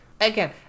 Again